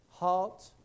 Heart